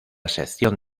sección